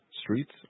Streets